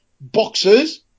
boxers